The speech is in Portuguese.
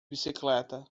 bicicleta